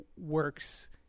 works